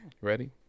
Ready